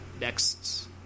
next